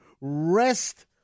Rest